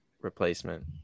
replacement